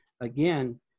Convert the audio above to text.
again